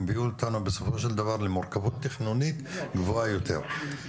הם הביאו אותנו בסופו של דבר למורכבות תכנונית גבוהה יותר.